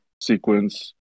sequence